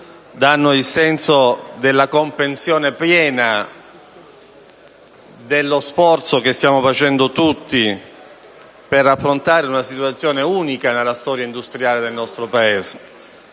danno il senso della comprensione piena dello sforzo che stiamo compiendo tutti per affrontare una situazione unica nella storia industriale del nostro Paese.